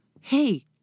Hey